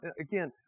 again